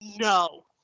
no